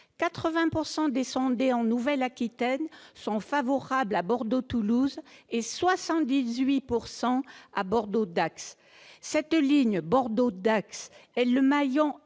80 % des sondés en Nouvelle-Aquitaine sont favorables à la ligne Bordeaux-Toulouse et 78 % à la ligne Bordeaux-Dax. Cette ligne Bordeaux-Dax est le maillon